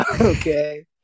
okay